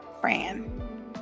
Fran